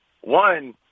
one